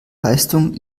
leistung